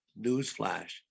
newsflash